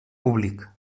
públic